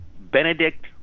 Benedict